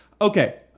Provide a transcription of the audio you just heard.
Okay